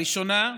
הראשונה,